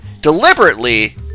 deliberately